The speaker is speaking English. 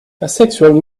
asexual